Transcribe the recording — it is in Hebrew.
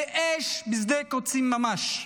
כאש בשדה קוצים ממש.